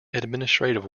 administrative